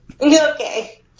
Okay